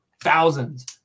thousands